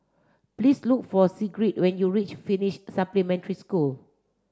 please look for Sigrid when you reach Finnish Supplementary School